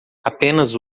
apenas